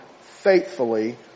faithfully